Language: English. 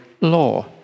law